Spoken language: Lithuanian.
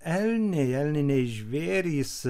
elniai elniniai žvėrys